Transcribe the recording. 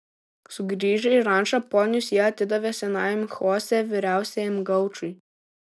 sugrįžę į rančą ponius jie atidavė senajam chosė vyriausiajam gaučui